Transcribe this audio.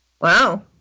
Wow